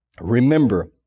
Remember